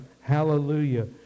Hallelujah